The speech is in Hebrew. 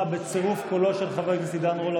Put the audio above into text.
ובצירוף קולו של חבר הכנסת עידן רול,